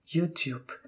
YouTube